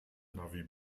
navi